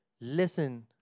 listen